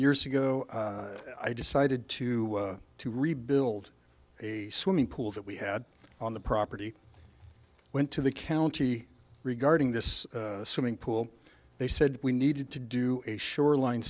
years ago i decided to to rebuild a swimming pool that we had on the property went to the county regarding this swimming pool they said we needed to do a shoreline